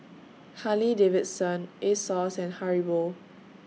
Harley Davidson Asos and Haribo